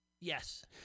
Yes